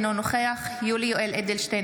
אינו נוכח יולי יואל אדלשטיין,